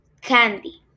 candy